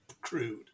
crude